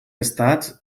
estats